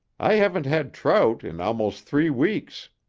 i haven't had trout in almost three weeks.